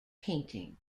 painting